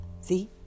See